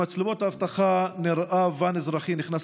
במצלמות האבטחה נראה ואן אזרחי שנכנס